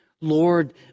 Lord